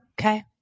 okay